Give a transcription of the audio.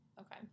Okay